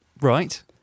Right